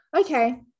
Okay